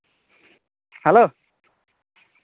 hello